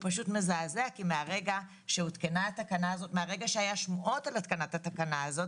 מזעזע כי מרגע שהיו שמועות על התקנת התקנה הזאת